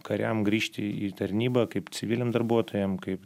kariam grįžti į tarnybą kaip civiliam darbuotojam kaip